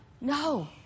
No